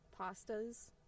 pastas